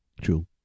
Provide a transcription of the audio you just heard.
True